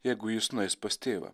jeigu jis nueis pas tėvą